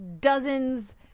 dozens